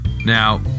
Now